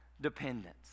dependence